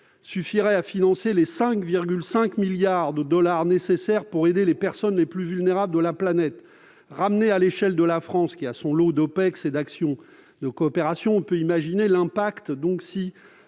suffirait à financer les 5,5 milliards de dollars nécessaires pour aider les personnes les plus vulnérables de la planète. Si l'on ramène ce chiffre à l'échelle de la France, qui a son lot d'OPEX et d'actions de coopération, on peut imaginer l'impact